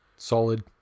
Solid